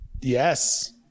yes